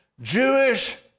Jewish